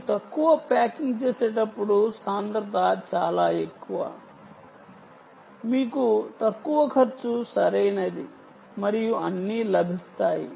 మీరు తక్కువ ప్యాకింగ్ చేసేటప్పుడు సాంద్రత చాలా ఎక్కువ మీకు తక్కువ ఖర్చు సరైనది మరియు అన్నీ లభిస్తాయి